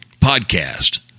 podcast